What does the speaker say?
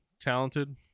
talented